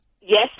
Yes